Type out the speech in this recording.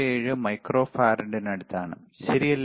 77 മൈക്രോഫറാഡിനടുത്താണ് ശരിയല്ലേ